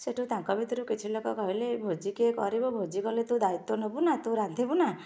ସେଇଟୁ ତାଙ୍କ ଭିତରୁ କିଛି ଲୋକ କହିଲେ ଭୋଜି କିଏ କରିବ ଭୋଜି କଲେ ତୁ ଦାୟିତ୍ୱ ନବୁ ନା ତୁ ରାନ୍ଧିବୁ ନା